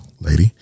lady